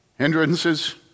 Hindrances